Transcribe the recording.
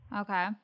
okay